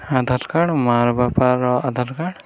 ଆଧାର card ମା'ର ବାପାର Aadhaar card